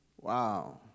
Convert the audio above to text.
Wow